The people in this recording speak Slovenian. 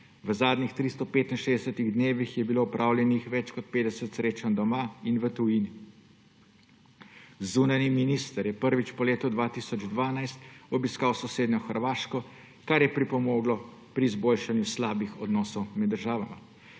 V zadnjih 365 dnevih je bilo opravljenih več kot 50 srečanj doma in v tujini. Zunanji minister je prvič po letu 2012 obiskal sosednjo Hrvaško, kar je pripomoglo k izboljšanju slabih odnosov med državama.